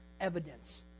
evidence